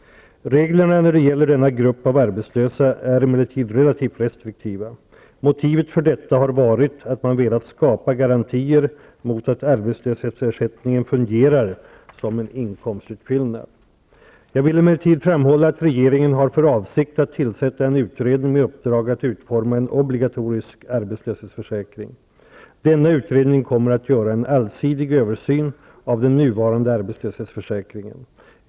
Reglerna när det gäller denna grupp av arbetslösa är emellertid relativt restriktiva. Motivet för detta har varit att man velat skapa garantier mot att arbetslöshetsersättningen fungerar som en inkomstutfyllnad. Jag vill emellertid framhålla att regeringen har för avsikt att tillsätta en utredning med uppdrag att utforma en obligatorisk arbetslöshetsförsäkring. Denna utredning kommer att göra en allsidig översyn av den nuvarande arbetslöshetsförsäkringen.